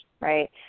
right